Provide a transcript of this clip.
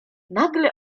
nagle